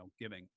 giving